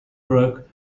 broke